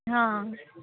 हां